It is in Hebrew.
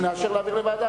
אם נאשר להעביר לוועדה,